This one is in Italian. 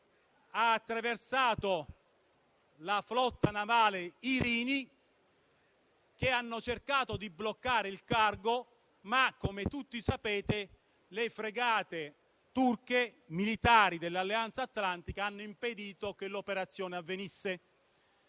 ha attraversato la flotta navale Irini; questa ha cercato di bloccare il cargo, ma - come tutti sapete - le fregate militari turche dell'Alleanza atlantica hanno impedito che l'operazione avvenisse.